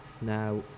now